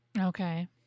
okay